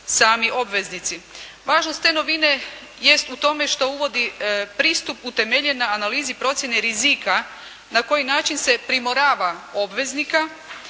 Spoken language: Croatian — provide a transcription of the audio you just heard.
sami obveznici. Važnost te novine jest u tome što uvodu pristup utemeljen na analizi procjene rizika na koji način se primorava obveznika